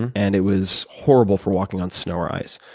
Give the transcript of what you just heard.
and and it was horrible for walking on snow or ice.